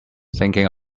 thinking